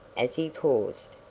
as he paused.